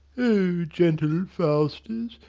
o gentle faustus,